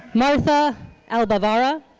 martha albavarra.